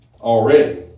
already